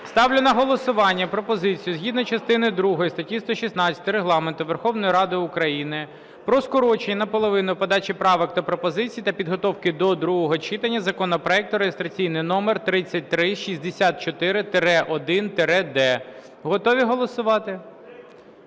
Ставлю на голосування пропозицію згідно частини другої статті 116 Регламенту Верховної Ради України про скорочення наполовину подачі правок та пропозицій, та підготовки до другого читання законопроект реєстраційний номер 3364-1-д. Готові голосувати?